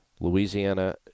Louisiana